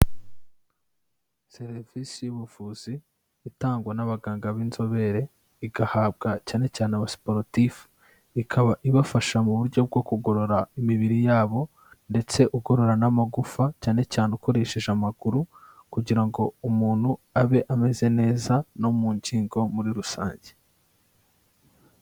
Serivisi y'ubuvuzi itangwa n'abaganga b'inzobere igahabwa cyane cyane aba siporutifu, ikaba ibafasha mu buryo bwo kugorora imibiri yabo ndetse ugorora n'amagufa, cyane cyane ukoresheje amaguru kugira ngo umuntu abe ameze neza no mu ngingo muri rusange.